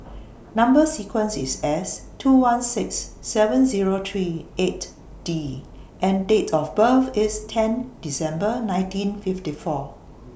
Number sequence IS S two one six seven Zero three eight D and Date of birth IS ten December nineteen fifty four